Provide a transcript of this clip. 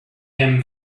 him